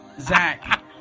Zach